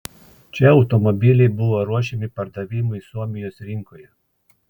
čia automobiliai buvo ruošiami pardavimui suomijos rinkoje